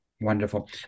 Wonderful